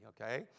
okay